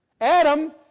Adam